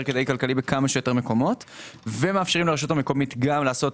כלכלי בכמה שיותר מקומות ומאפשרים לרשות המקומית ליצור